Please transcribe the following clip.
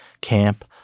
camp